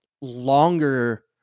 longer